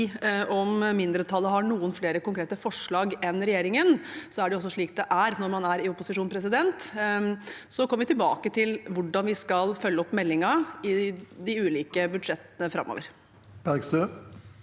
opp. Mindretallet har noen flere konkrete forslag enn regjeringen, og det er slik det er når man er i opposisjon. Vi kommer tilbake til hvordan vi skal følge opp meldingen i de ulike budsjettene framover. Kirsti